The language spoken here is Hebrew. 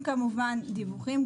אנחנו מקבלים כמובן דיווחים.